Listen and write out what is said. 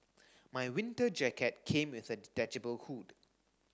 my winter jacket came with a detachable hood